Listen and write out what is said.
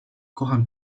kocham